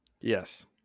Yes